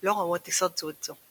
לא ראו הטיסות זו את זו.